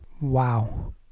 Wow